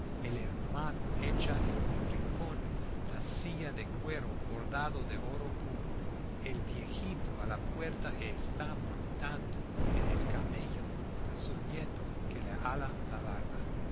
el hermano echa en un rincón la silla de cuero bordado de oro puro el viejito a la puerta está montando en el camello a su nieto que le hala la barba y